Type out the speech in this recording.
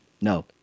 No